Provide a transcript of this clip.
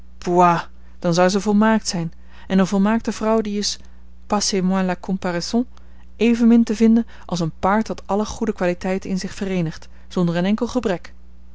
dan zou zij volmaakt zijn en de volmaakte vrouw die is passez moi la comparaison evenmin te vinden als een paard dat alle goede kwaliteiten in zich vereenigt zonder een enkel gebrek